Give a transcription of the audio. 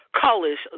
colors